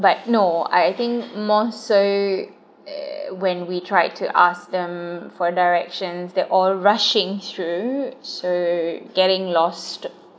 but no I think more so when we tried to ask them for directions they're all rushing through so getting lost